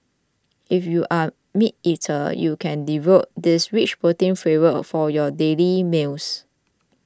if you are meat eaters you can devour this rich protein flavor for your daily meals